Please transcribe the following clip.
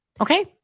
Okay